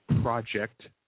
project